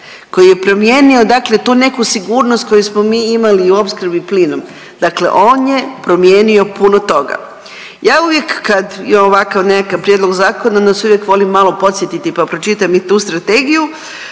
koji je promijenio dakle tu neku sigurnost koju smo mi imali i u opskrbi plinom. Dakle, on je promijenio puno toga. Ja uvijek kada je ovakav nekakav Prijedlog zakona onda se uvijek volim malo podsjetiti pa pročitam i tu Strategiju.